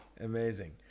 amazing